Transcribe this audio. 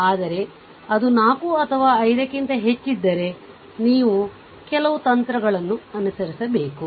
ಆದರೆ ಅದು 4 ಅಥವಾ 5 ಕ್ಕಿಂತ ಹೆಚ್ಚಿದ್ದರೆ ನೀವು ಕೆಲವು ತಂತ್ರಗಳನ್ನು ಅನುಸರಿಸಬೇಕು